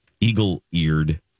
eagle-eared